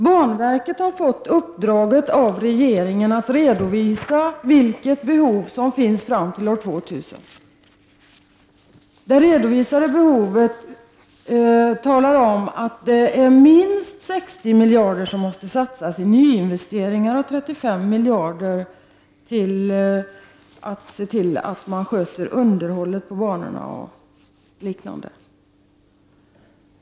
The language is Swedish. Banverket har fått uppdraget av regeringen att redovisa vilka behov som finns fram till år 2000. De redovisade behoven visar att det är minst 60 miljarder kronor som måste satsas i nyinvesteringar och 35 miljarder kronor för underhåll på banorna o.d.